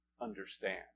understand